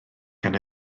gan